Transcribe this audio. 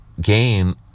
gain